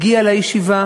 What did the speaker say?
הגיע לישיבה